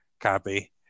copy